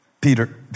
Peter